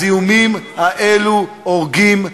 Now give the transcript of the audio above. הזיהומים האלו הורגים אנשים.